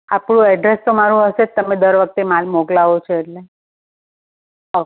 આપણું એડ્રેસ તમારું હશે જ તમે દર વખતે માલ મોકલાવો છો એટલે હાં